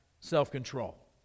self-control